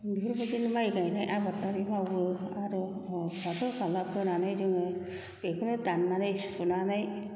बेफोरबादिनो माइ गाइनाय आबादारि मावो आरो फाथो फाला फोनानै जोङो बेखौनो दाननानै सुनानै